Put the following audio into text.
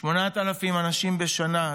8,000 שנה בשנה,